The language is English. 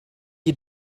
you